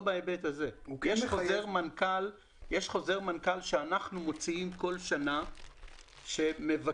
יש חוזר מנכ"ל שאנחנו מוציאים כל שנה שמבקש